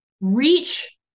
reach